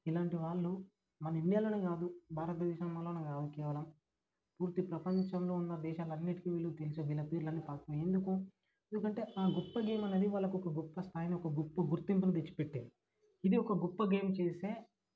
ఇలాంటి వాళ్ళు మన ఇండియాలోనే కాదు భారత దేశంలోనే కాదు కేవలం పూర్తి ప్రపంచంలో ఉన్న దేశాలన్నిటికి వీళ్ళు తెలుసు వీళ్ళ పేర్లు అన్నీ పాకుతున్నయ్ ఎందుకు ఎందుకంటే ఆ గొప్ప గేమ్ అనేది వాళ్ళకొక గొప్ప స్థాయిని ఒక గొప్ప గుర్తింపుని తెచ్చిపెట్టింది ఇది ఒక గొప్ప గేమ్ చేసే